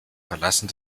verlassen